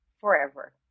forever